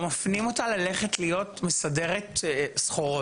או מפנים אותה ללכת להיות מסדרת סחורות.